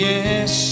Yes